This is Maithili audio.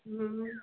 हँ